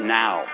now